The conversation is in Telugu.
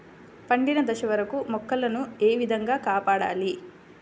పండిన దశ వరకు మొక్కల ను ఏ విధంగా కాపాడాలి?